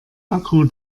akku